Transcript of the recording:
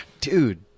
Dude